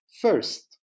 First